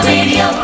Radio